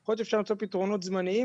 יכול להיות שאפשר למצוא פתרונות זמניים